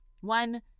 One